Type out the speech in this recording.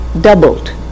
doubled